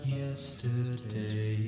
yesterday